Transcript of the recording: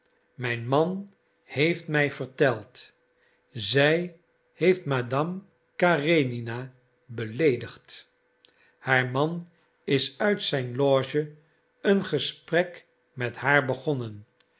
mijn man heeft mij verteld zij heeft madame karenina beleedigd haar man is uit zijn loge een gesprek met haar begonnen